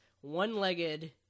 one-legged